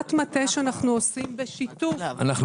בעבודת מטה שאנחנו עושים בשיתוף ארגון נכי